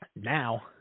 Now